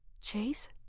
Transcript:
Chase